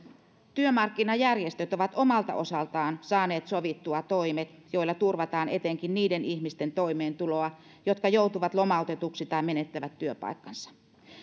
työmarkkinajärjestöt ovat omalta osaltaan saaneet sovittua toimet joilla turvataan etenkin niiden ihmisten toimeentuloa jotka joutuvat lomautetuiksi tai menettävät työpaikkansa